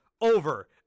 over